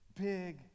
big